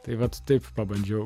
tai vat taip pabandžiau